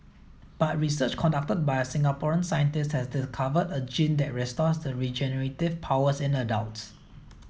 but research conducted by a Singaporean scientist has discovered a gene that restores the regenerative powers in adults